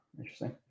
Interesting